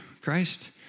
Christ